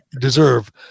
deserve